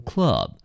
Club